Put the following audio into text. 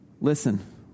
Listen